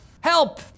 Help